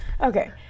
Okay